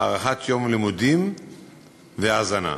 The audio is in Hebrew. הארכת יום לימודים והזנה.